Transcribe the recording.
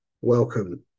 welcome